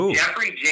Jeffrey